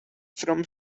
from